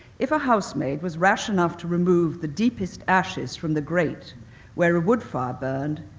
if a housemaid was rash enough to remove the deepest ashes from the grate where a wood fire burned,